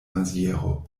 maziero